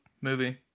movie